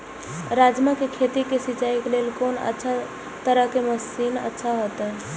राजमा के खेत के सिंचाई के लेल कोन तरह के मशीन अच्छा होते?